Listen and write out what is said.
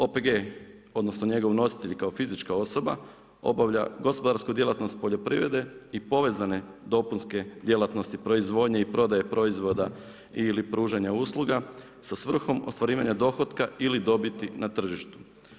OPG odnosno, njegov obitelj kao fizička osoba obavlja gospodarsku djelatnost poljoprivrede i povezane dopunske djelatnosti proizvodnje i prodaje proizvoda ili pružanje usluga sa svrhom ostvarivanja dohotka ili dobiti na tržištu.